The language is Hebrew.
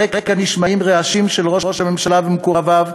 ברקע נשמעים רעשים של ראש הממשלה ומקורביו,